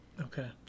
okay